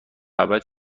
ابد